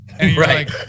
right